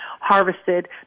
harvested